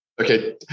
Okay